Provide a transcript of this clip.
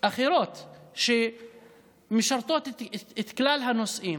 אחרות שמשרתות את כלל הנושאים.